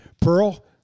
Pearl